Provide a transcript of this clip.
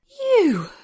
You